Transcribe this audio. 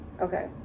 Okay